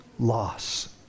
loss